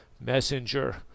Messenger